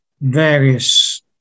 various